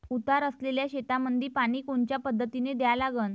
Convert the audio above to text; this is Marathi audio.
उतार असलेल्या शेतामंदी पानी कोनच्या पद्धतीने द्या लागन?